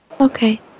Okay